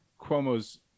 Cuomo's